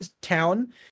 town